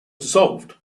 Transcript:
dissolved